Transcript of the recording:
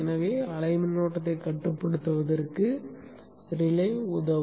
எனவே அலை மின்னோட்டத்தை கட்டுப்படுத்துவதற்கு ரிலே உதவும்